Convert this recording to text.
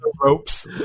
ropes